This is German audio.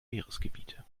meeresgebiete